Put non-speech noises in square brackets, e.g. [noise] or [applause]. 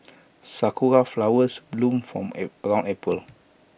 Sakura Flowers bloom from [hesitation] around April